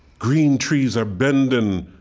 green trees are bending,